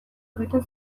egiten